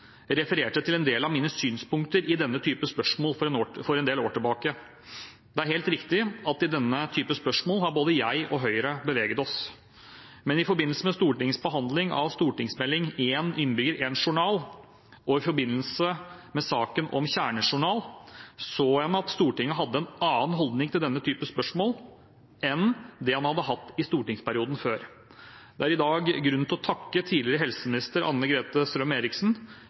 refererte til en del av mine synspunkter i denne type spørsmål for en del år tilbake. Det er helt riktig at i denne type spørsmål har både jeg og Høyre beveget oss. Men i forbindelse med Stortingets behandling av stortingsmeldingen Én innbygger - én journal og i forbindelse med saken om kjernejournal så en at Stortinget hadde en annen holdning til denne type spørsmål enn det en hadde hatt i stortingsperioden før. Det er i dag grunn til å takke tidligere helseminister